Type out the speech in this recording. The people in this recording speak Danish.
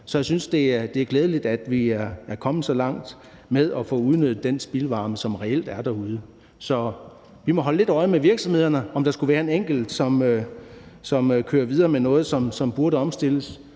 Så jeg synes, det er glædeligt, at vi er kommet så langt med at få udnyttet den spildvarme, som reelt er derude. Vi må holde lidt øje med virksomhederne, altså om der skulle være en enkelt, som kører videre med noget, som burde omstilles,